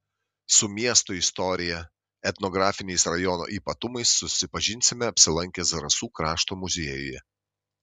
su miesto istorija etnografiniais rajono ypatumais susipažinsime apsilankę zarasų krašto muziejuje